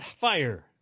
fire